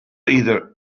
either